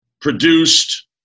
produced